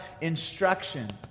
instruction